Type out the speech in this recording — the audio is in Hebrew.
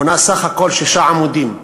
המונה סך הכול שישה עמודים,